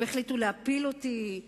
הם החליטו להפיל אותי,